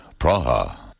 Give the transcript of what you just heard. Praha